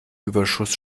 überschuss